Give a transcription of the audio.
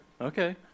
okay